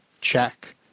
check